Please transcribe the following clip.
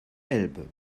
elbe